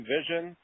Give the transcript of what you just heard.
Vision